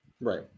Right